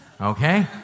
okay